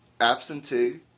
absentee